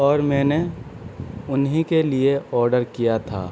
اور میں نے انھیں کے لیے آڈر کیا تھا